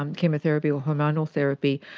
um chemotherapy or hormonal therapy,